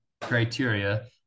criteria